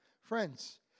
Friends